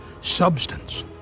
substance